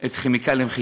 את חיפה כימיקלים,